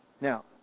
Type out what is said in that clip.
Now